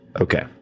Okay